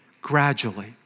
gradually